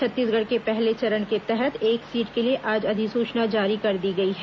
छत्तीसगढ़ के पहले चरण के तहत एक सीट के लिए आज अधिसूचना जारी कर दी गई है